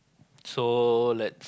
so let